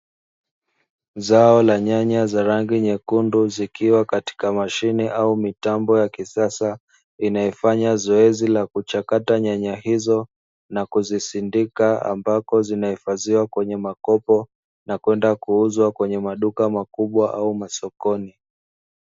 Zao la nyanya za rangi nyekundu zikiwa katika mashine au mitambo ya kisasa inayofanya zoezi la kuchakata nyanya hizo na kuzisindika, ambako zinahifadhiwa kwenye makopo na kwenda kuuzwa kwenye maduka makubwa au masokoni.